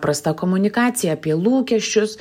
prasta komunikacija apie lūkesčius